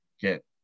get